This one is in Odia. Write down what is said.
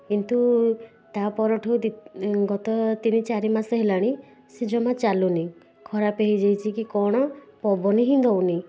କିନ୍ତୁ ତା ପରଠୁ ଦୁଇ ଗତ ତିନି ଚାରି ମାସ ହେଲାଣି ସେ ଜମା ଚାଲୁନି ଖରାପ ହେଇଯାଇଛି କି କ'ଣ ପବନ ହିଁ ଦେଉନି